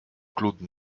claude